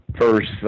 First